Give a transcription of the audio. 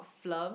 film